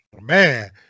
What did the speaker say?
man